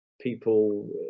people